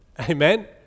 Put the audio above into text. Amen